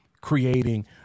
creating